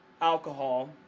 alcohol